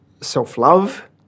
self-love